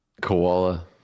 Koala